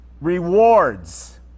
rewards